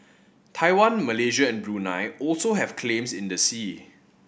Taiwan Malaysia and Brunei also have claims in the sea